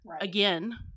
again